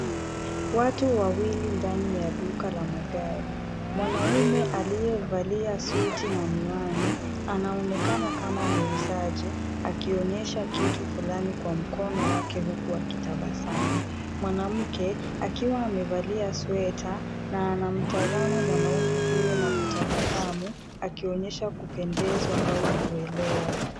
Watu wawili ndani ya duka ya magari, mwanaume alievalia suti na miwani anaonekana kama muuzaji akionyesha kitu fulani kwa mkono wake huku akitabasamu. Mwanamke akiwa amevalia na anamtazama mwanaume huyo na kutabasamu akionyesha kupendezwa au kuelewa.